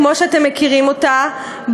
כמו שאתם מכירים אותה,